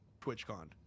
twitchcon